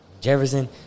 Jefferson